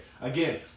Again